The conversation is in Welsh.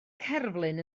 cerflun